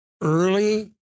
early